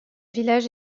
village